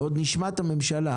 ועוד נשמע את הממשלה